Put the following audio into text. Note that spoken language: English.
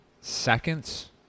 seconds